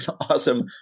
awesome